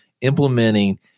implementing